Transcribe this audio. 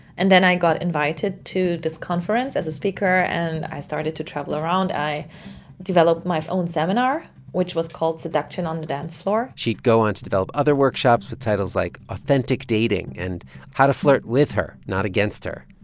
and then i got invited to this conference as a speaker. and i started to travel around. i developed my own seminar, which was called seduction on the dance floor she'd go on to develop other workshops with titles like authentic dating and how to flirt with her, not against her.